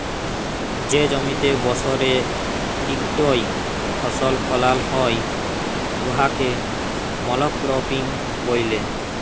যে জমিতে বসরে ইকটই ফসল ফলাল হ্যয় উয়াকে মলক্রপিং ব্যলে